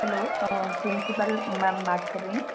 hello principal ma'am बात कर रही हैं